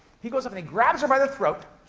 he goes up and he grabs her by the throat,